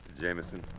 Jameson